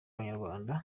abanyarwanda